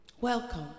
welcome